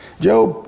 Job